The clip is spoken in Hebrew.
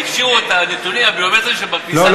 את הנתונים הביומטריים שבכניסה,